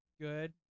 good